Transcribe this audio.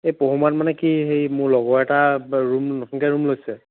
এই পহুমৰাত মানে কি হেই মোৰ লগৰ এটাৰ ৰুম নতুনকৈ ৰুম লৈছে